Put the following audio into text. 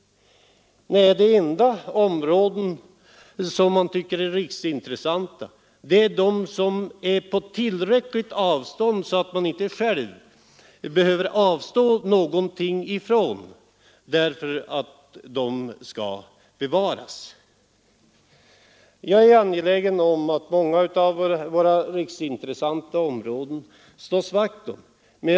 Nej, de enda områden som man tycker är riksintressanta är de som är på tillräckligt avstånd från en själv, så att man inte själv behöver avstå ifrån någonting därför att de skall bevaras. Jag är angelägen om att det slås vakt om många av våra riksintressanta områden.